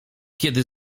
kiedy